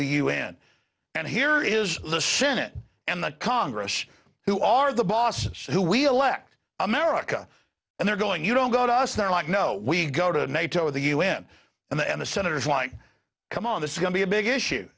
the un and here is the senate and the congress who are the boss who we elect america and they're going you don't go to us they're like no we go to nato the u n and the and the senators like come on this going to be a big issue